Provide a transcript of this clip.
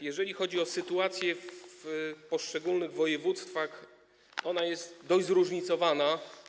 Jeżeli chodzi o sytuację w poszczególnych województwach, to ona jest dość zróżnicowana.